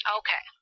okay